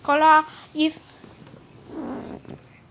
kalau if